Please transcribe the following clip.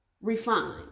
refine